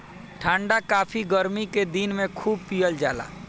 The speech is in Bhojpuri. ठंडा काफी गरमी के दिन में खूब पियल जाला